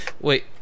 Wait